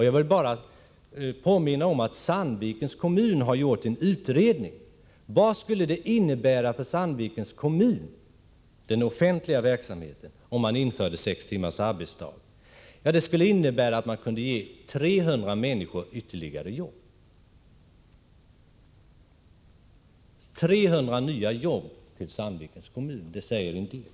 Jag vill påminna om att Sandvikens kommun har gjort en utredning om vad det skulle innebära för den offentliga verksamheten i den kommunen om man införde sex timmars arbetsdag. Det skulle innebära att man kunde ge ytterligare 300 människor jobb. Det säger en del.